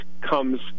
comes